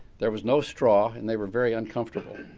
there was no straw and they were very uncomfortable.